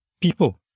people